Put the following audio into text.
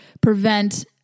prevent